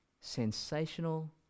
sensational